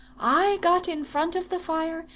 i got in front of the fire,